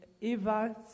Eva